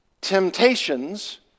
temptations